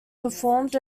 performed